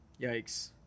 Yikes